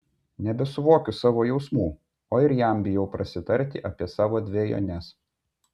nebesuvokiu savo jausmų o ir jam bijau prasitarti apie savo dvejones